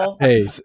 Hey